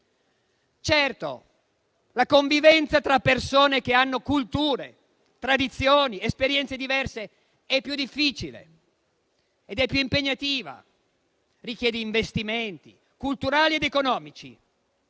Certo, la convivenza tra persone che hanno culture, tradizioni ed esperienze diverse è più difficile e più impegnativa, richiede investimenti culturali ed economici,